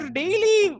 daily